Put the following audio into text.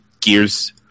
gears